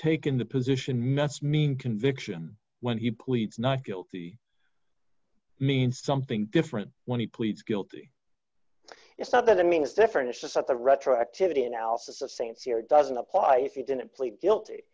taken the position must mean conviction when he pleads not guilty means something different when he pleads guilty it's not that i mean it's different it's just that the retroactivity analysis of st cyr doesn't apply if you didn't plead guilty